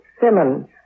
Simmons